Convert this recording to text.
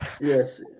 Yes